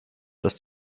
dass